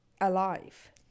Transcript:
alive